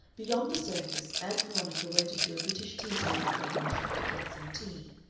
beyond the circus ann veronica went into a british tea-table company shop to get some tea.